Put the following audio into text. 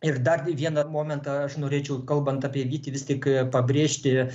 ir dar vieną momentą aš norėčiau kalbant apie vytį vis tik pabrėžti